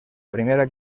primera